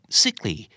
sickly